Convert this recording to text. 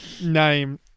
name